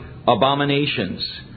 abominations